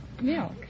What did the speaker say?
Milk